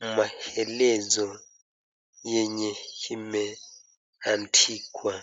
maelezo yenye imeandikwa.